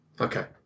Okay